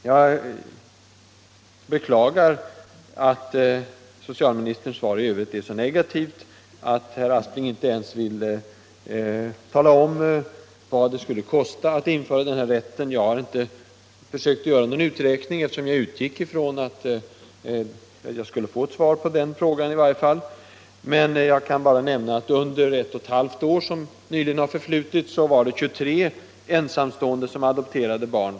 Jag beklagar att socialministerns svar i övrigt är så negativt, och att herr Aspling inte ens vill tala om vad det skulle kosta att införa denna rätt. Jag har inte själv försökt göra någon uträkning, eftersom jag utgick från att jag i varje fall skulle få svar på den frågan, men jag kan nämna att 23 ensamstående personer har adopterat barn från andra länder under de senaste 18 månaderna.